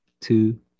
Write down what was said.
two